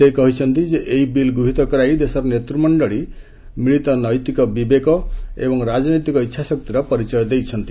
ସେ କହିଛନ୍ତି ଏହି ବିଲ୍କୁ ଗୃହୀତ କରାଇ ଦେଶର ନେତ୍ମଶ୍ଚଳୀ ମିଳିତ ନୈତିକ ବିବେକ ଏବଂ ରାଜନୈତିକ ଇଚ୍ଛାଶକ୍ତିର ପରିଚୟ ଦେଇଛନ୍ତି